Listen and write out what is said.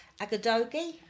Agadogi